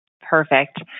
Perfect